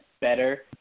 better